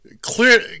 clear